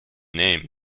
name